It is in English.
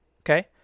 Okay